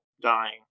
dying